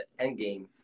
Endgame